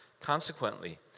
Consequently